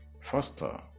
faster